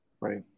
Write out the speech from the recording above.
Right